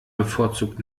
bevorzugt